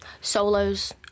Solos